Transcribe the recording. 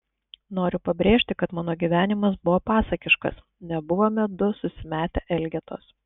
noriu pabrėžti kad mano gyvenimas buvo pasakiškas nebuvome du susimetę elgetos